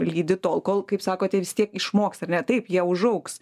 lydi tol kol kaip sakote vis tiek išmoks ar ne taip jie užaugs